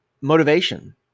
Motivation